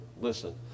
listen